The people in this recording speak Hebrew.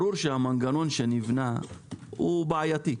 ברור שהמנגנון שנבנה הוא בעייתי.